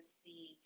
see